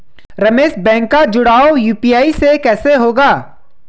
Ramesh bank का जुड़ाव UPI से कैसे होगा?